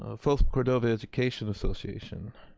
ah folsom cordova education association.